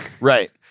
Right